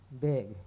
big